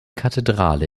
kathedrale